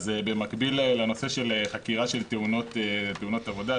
אז במקביל לחקירה של תאונות עבודה,